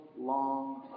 long